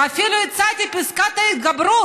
ואפילו הצעתי את פסקת ההתגברות.